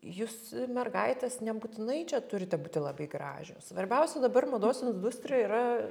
jūs mergaitės nebūtinai čia turite būti labai gražios svarbiausia dabar mados industrijoj yra